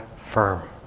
firm